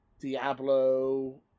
Diablo